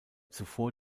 zuvor